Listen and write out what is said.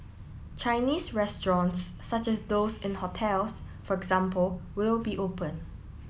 Chinese restaurants such as those in hotels for example will be open